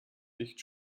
nicht